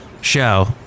Show